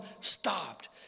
stopped